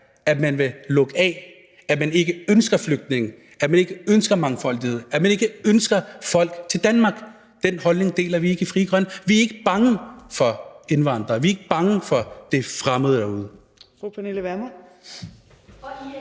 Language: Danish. at man vil lukke af, at man ikke ønsker flygtninge, at man ikke ønsker mangfoldighed, at man ikke ønsker folk til Danmark. Den holdning deler vi ikke i Frie Grønne. Vi er ikke bange for indvandrere. Vi er ikke bange for det fremmede derude.